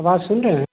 आवाज सुन रहे हैं